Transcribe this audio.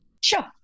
Sure